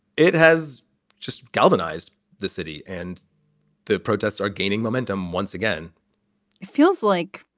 it has just galvanized the city and the protests are gaining momentum once again it feels like